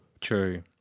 True